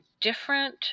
different